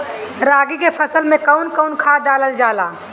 रागी के फसल मे कउन कउन खाद डालल जाला?